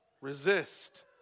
resist